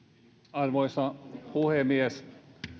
arvoisa puhemies